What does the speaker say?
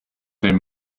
dem